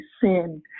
sin